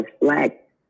reflect